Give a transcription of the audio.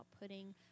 putting